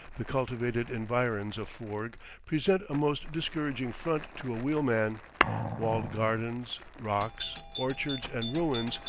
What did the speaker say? the cultivated environs of foorg present a most discouraging front to a wheelman walled gardens, rocks, orchards, and ruins,